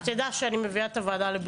שתדע שאני מביאה את הוועדה לביקור.